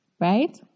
Right